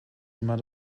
immer